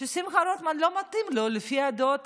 ששמחה רוטמן לא מתאים לו לפי דעות